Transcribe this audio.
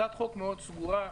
הצעת חוק מאוד סדורה,